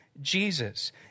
Jesus